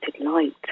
light